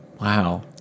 wow